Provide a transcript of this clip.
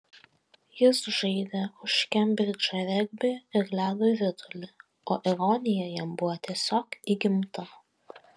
jis žaidė už kembridžą regbį ir ledo ritulį o ironija jam buvo tiesiog įgimta